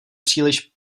příliš